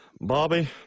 Bobby